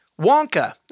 Wonka